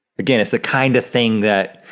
again, it's a kind of thing that,